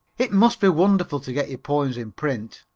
it must be wonderful to get your poems in print.